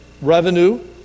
revenue